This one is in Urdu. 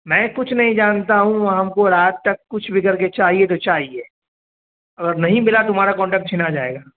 میں کچھ نہیں جانتا ہوں ہم کو رات تک کچھ بھی کر کے چاہیے تو چاہیے اگر نہیں ملا تمہارا کانٹیکٹ چھینا جائے گا